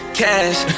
cash